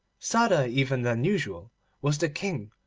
sadder even than usual was the king,